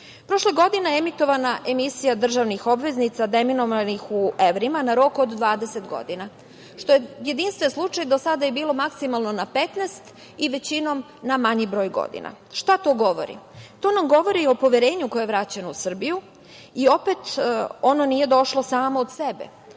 godine emitovana je emisija državnih obveznica deminovanih u evrima na rok od 20 godina, što je jedinstven slučaj. Do sada je bilo maksimalno na 15 i većinom na manji broj godina. Šta to govori? To nam govori o poverenju koje je vraćeno u Srbiju i opet ono nije došlo samo od sebe.